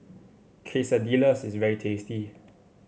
quesadillas is very tasty